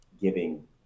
giving